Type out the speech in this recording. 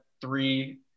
three